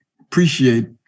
appreciate